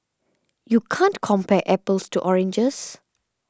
you can't compare apples to oranges